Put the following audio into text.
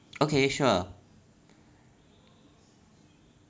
okay sure